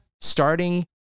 starting